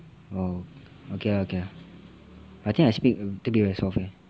orh okay lah okay lah I think I speak a little bit very soft eh